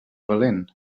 valent